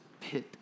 pit